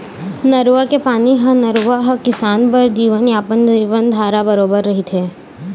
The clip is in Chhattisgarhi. नरूवा के पानी ह नरूवा ह किसान बर जीवनयापन, जीवनधारा बरोबर रहिथे